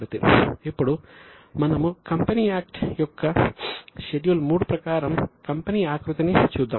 ఇప్పుడు మనము company act యొక్క షెడ్యూల్ III ప్రకారం కంపెనీ ఆకృతిని చూద్దాం